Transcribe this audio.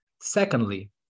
Secondly